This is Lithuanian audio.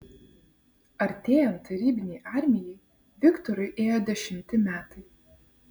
artėjant tarybinei armijai viktorui ėjo dešimti metai